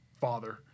father